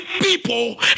people